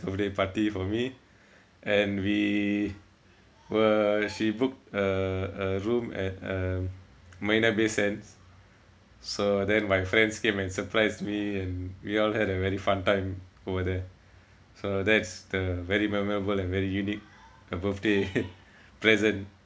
birthday party for me and we were she booked a room at marina bay sands so then my friends came and surprised me and we all had a very fun time over there so that's the very memorable and very unique uh birthday present